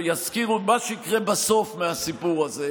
מה שיקרה בסוף מהסיפור הזה: